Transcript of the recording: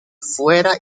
fuera